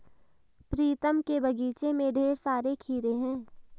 प्रीतम के बगीचे में ढेर सारे खीरे हैं